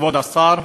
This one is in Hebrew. כבוד השר,